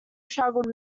struggled